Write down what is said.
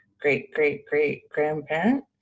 great-great-great-grandparent